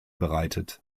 bereitet